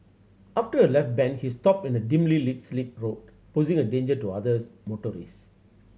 after a left bend he stopped in a dimly lit slip road posing a danger to others motorists